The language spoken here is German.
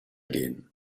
gehen